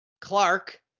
Clark